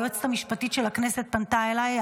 היועצת המשפטית של הכנסת פנתה אליי,